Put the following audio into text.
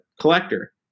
collector